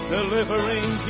Delivering